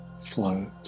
float